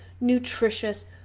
nutritious